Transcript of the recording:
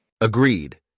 Agreed